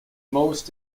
most